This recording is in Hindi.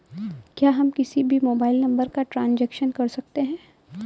क्या हम किसी भी मोबाइल नंबर का ट्रांजेक्शन कर सकते हैं?